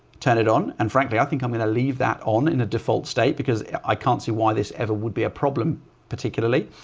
turn it on. and frankly i think i'm going to leave that on in a default state because i can't see why this ever would be a problem particularly.